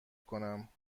کنم